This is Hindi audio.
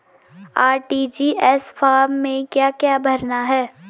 आर.टी.जी.एस फार्म में क्या क्या भरना है?